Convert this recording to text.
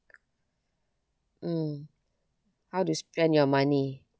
mm how to spend your money